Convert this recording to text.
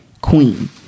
queen